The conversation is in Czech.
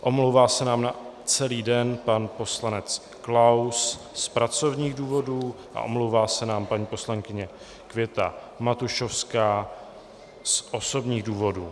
Omlouvá se nám na celý den pan poslanec Klaus z pracovních důvodů a omlouvá se nám paní poslankyně Květa Matušovská z osobních důvodů.